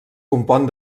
compon